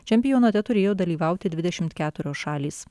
čempionate turėjo dalyvauti dvidešimt keturios šalys